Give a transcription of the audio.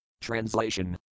Translation